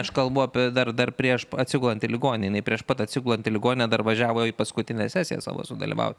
aš kalbu apie dar dar prieš atsigulant į ligoninę jinai prieš pat atsigulant į ligoninę dar važiavo į paskutinę sesiją savo sudalyvauti